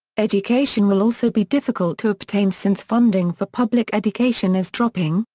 education will also be difficult to obtain since funding for public education is dropping,